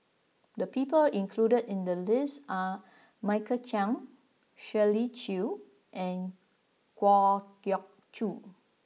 the people included in the list are Michael Chiang Shirley Chew and Kwa Geok Choo